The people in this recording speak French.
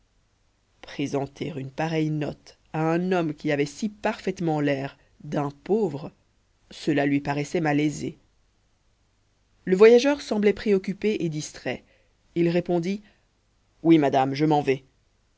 présenter une pareille note à un homme qui avait si parfaitement l'air d un pauvre cela lui paraissait malaisé le voyageur semblait préoccupé et distrait il répondit oui madame je m'en vais